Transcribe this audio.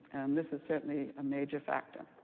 and this is certainly a major factor.